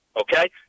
Okay